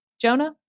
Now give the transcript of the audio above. Jonah